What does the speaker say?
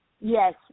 yes